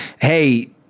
Hey